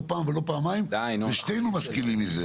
לא פעם ולא פעמיים ושנינו משכילים מזה,